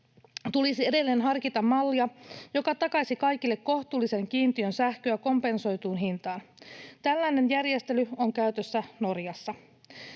tulisi edelleen harkita mallia, joka takaisi kaikille kohtuullisen kiintiön sähköä kompensoituun hintaan. Tällainen järjestely on käytössä Norjassa.